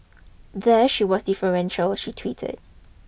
there she was deferential she tweeted